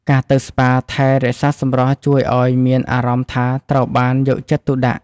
ការទៅស្ប៉ាថែរក្សាសម្រស់ ជួយឱ្យមានអារម្មណ៍ថាត្រូវបានយកចិត្តទុកដាក់។